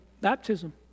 baptism